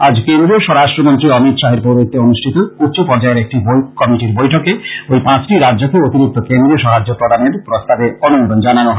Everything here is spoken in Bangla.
আজ কেন্দ্রীয় স্বরাষ্ট্রমন্ত্রী অমিত শাহর পৌরহিত্যে অনুষ্ঠিত উচ্চ পর্যায়ের একটি কমিটির বৈঠকে ঐ পাঁচটি রাজ্যকে অতিরিক্ত কেন্দ্রীয় সাহায্য প্রদানের প্রস্তাবে অনুমোদন জানানো হয়